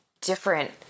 different